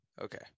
okay